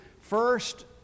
first